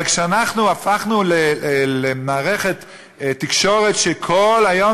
אבל אנחנו הפכנו למערכת תקשורת שכל היום